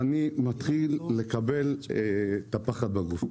ואני מתחיל לקבל את הפחד בגוף.